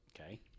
Okay